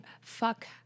fuck